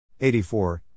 84